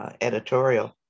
editorial